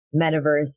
metaverse